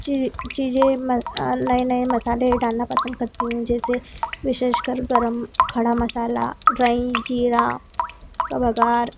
चीज़ें नई नई मसाले डालना पसंद करती हूँ जैसे विशेषकर गरम खड़ा मसाला ड्राई जीरा कभीकभार